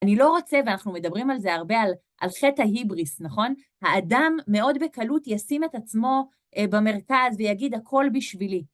אני לא רוצה, ואנחנו מדברים על זה הרבה, על - על חטא ההיבריס, נכון? האדם מאוד בקלות ישים את עצמו במרכז ויגיד הכל בשבילי.